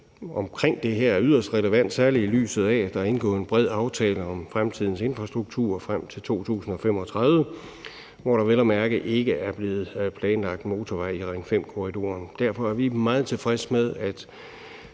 omkring det her er yderst relevant, særlig i lyset af at der er indgået en bred aftale om fremtidens infrastruktur frem til 2035, hvor der vel at mærke ikke er blevet planlagt motorvej i Ring 5-korridoren. Derfor er vi meget tilfredse med,